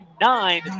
nine